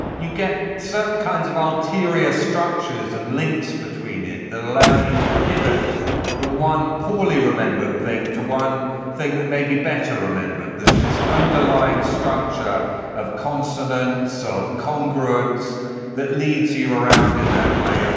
you get certain kinds of old tyria structures and links between it that allow you to pivot from one poorly remembered thing to one thing that may be better remembered. there's this underlying structure of consonance so of congruence that leads you around in that way. yeah